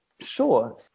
Sure